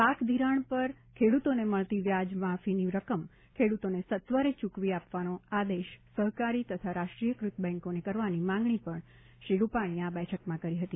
પાક ધિરાણ ઉપર ખેડૂતોને મળતી વ્યાજ માફીની રકમ ખેડૂતોને સત્વરે ચૂકવી આપવાનો આદેશ સહકારી તથા રાષ્ટ્રીયક્રત બેન્કોને કરવાની માંગણી પણ શ્રી રૂપાણીએ આ બેઠકમાં કરી હતી